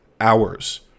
hours